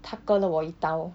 她割了我一刀